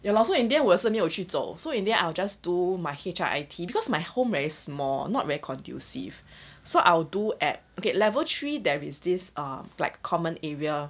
ya lor so in the end 我是没有去走 so in end I will just do my H_I_I_T because my home very small not very conducive so I'll do at level three there is this a like common area